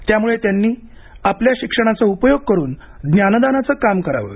त्यामुळे त्यांनी आपल्या शिक्षणाचा उपयोग करून ज्ञानदानाचं काम करावं